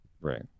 Right